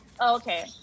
Okay